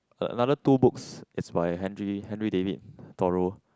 another two books is by Henry Henry David Thoreau